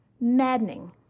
maddening